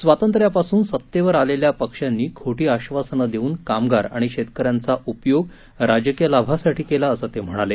स्वातंत्र्यापासून सत्तेवर आलेल्या पक्षांनी खोटी आश्वासनं देऊन कामगार आणि शेतकर्यांचा उपयोग राजकीय लाभासाठी केला असं ते म्हणाले